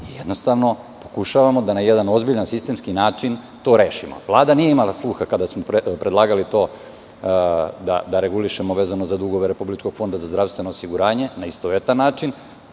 i pokušavamo da na jedan ozbiljan, sistemski način to rešimo. Vlada nije imala sluha kada smo predlagali da to regulišemo, a vezano za dugove Republičkog fonda za zdravstveno osiguranje, na istovetan način.